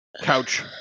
couch